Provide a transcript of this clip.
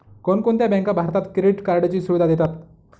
कोणकोणत्या बँका भारतात क्रेडिट कार्डची सुविधा देतात?